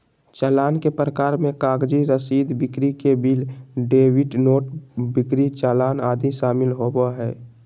चालान के प्रकार मे कागजी रसीद, बिक्री के बिल, डेबिट नोट, बिक्री चालान आदि शामिल होबो हय